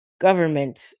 government